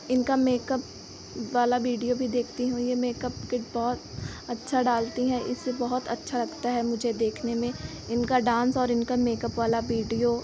इनका मेकअप वाला वीडियो भी देखती हूँ यह मेकअप किट बहुत अच्छा डालती हैं इसे बहुत अच्छा लगता है मुझे देखने में इनका डान्स और मेकअप वाला वीडियो